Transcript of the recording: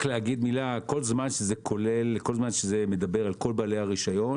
רק להגיד מילה: כל זמן שזה מדבר על כל בעלי הרישיון